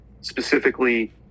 specifically